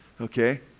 okay